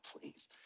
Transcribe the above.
please